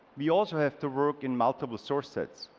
we also have to work in multiple source sets.